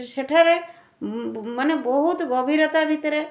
ସେଠାରେ ମାନେ ବହୁତ ଗଭୀରତା ଭିତରେ